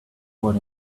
what